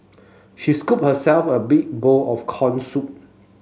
she scooped herself a big bowl of corn soup